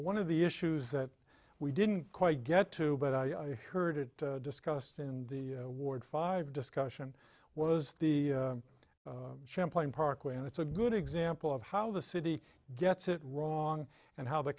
one of the issues that we didn't quite get to but i heard it discussed in the ward five discussion was the champlain parkway and it's a good example of how the city gets it wrong and how the